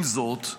עם זאת,